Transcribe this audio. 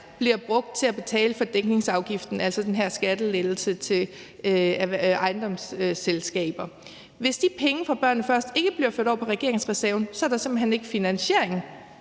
bliver brugt til at betale for dækningsafgiften, altså den her skattelettelse til ejendomsselskaber. Hvis de penge fra »Børnene Først« ikke bliver ført over på regeringsreserven, er der simpelt hen ikke finansiering